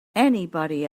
anybody